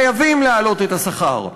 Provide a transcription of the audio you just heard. חייבים להעלות את השכר,